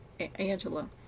Angela